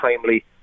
timely